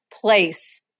place